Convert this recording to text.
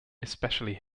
especially